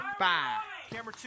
five